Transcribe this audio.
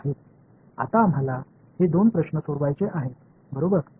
आता आम्हाला हे दोन प्रश्न सोडवायचे आहेत बरोबर